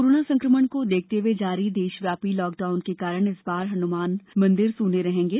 corona संकमण को देखते हए जारी देशव्यापी लॉकडाउन के कारण इस बार हनुमान मंदिर सुने रहेंगे